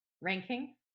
Ranking